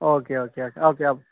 okay okay okay okay okay